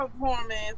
performance